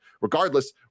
Regardless